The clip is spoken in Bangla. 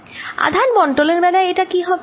আধান বন্টনের বেলায় এটা কি হবে